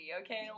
okay